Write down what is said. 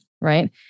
right